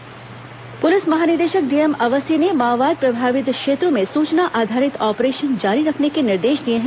DGP बैठक पुलिस महानिदेशक डीएम अवस्थी ने माओवाद प्रभावित क्षेत्रों में सूचना आधारित ऑपरेशन जारी रखने के निर्देश दिए हैं